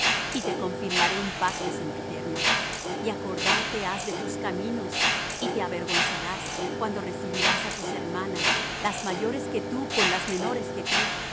y te confirmaré un pacto sempiterno y acordarte has de tus caminos y te avergonzarás cuando recibirás á tus hermanas las mayores que tú con las menores que tú